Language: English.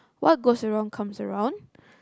what goes around comes around